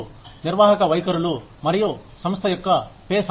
నిర్వాహక వైఖరులు మరియు సంస్థ యొక్క పే సామర్ధ్యం